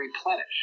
replenish